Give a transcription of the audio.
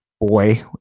boy